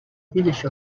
village